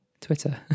Twitter